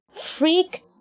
freak